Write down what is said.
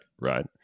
right